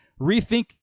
rethink